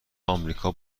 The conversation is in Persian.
آمریکا